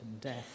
death